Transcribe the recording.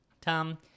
Tom